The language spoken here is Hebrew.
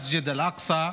מסגד אל-אקצא,